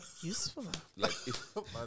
useful